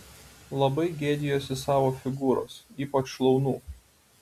labai gėdijuosi savo figūros ypač šlaunų